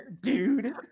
dude